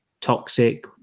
toxic